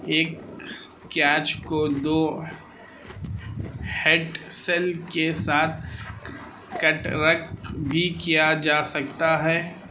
ایک کیاچ کو دو ہیڈ سیل کے ساتھ کٹ رگ بھی کیا جا سکتا ہے